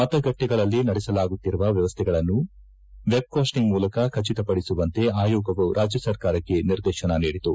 ಮತಗಟ್ಟೆಗಳಲ್ಲಿ ನಡೆಸಲಾಗುತ್ತಿರುವ ವ್ಯವಸ್ಥೆಗಳನ್ನು ವೆಬ್ಕಾಸ್ಸಿಂಗ್ ಮೂಲಕ ಖಚಿತಪಡಿಸುವಂತೆ ಆಯೋಗವು ರಾಜ್ಯ ಸರ್ಕಾರಕ್ತೆ ನಿರ್ದೇಶನ ನೀಡಿತು